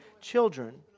children